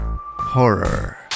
horror